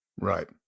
right